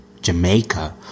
Jamaica